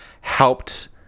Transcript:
helped